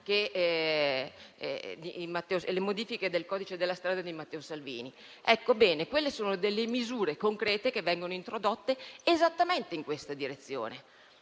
alle modifiche al codice della strada di Matteo Salvini. Si tratta di misure concrete che vengono introdotte esattamente in questa direzione.